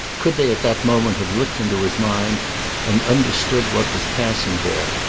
could they at that moment have looked into his mind and understood what was passing there.